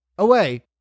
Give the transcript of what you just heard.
Away